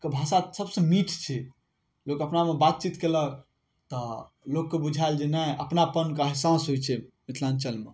के भाषा सबसँ मीठ छै लोक अपनामे बातचीत केलक तऽ लोकके बुझाइल जे नहि अपनापनके एहसास होइ छै मिथिलाञ्चलमे